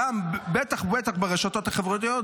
בטח ובטח ברשתות החברתיות,